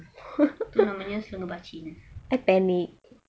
tu namanya selenge bacin